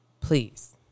Please